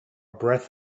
breath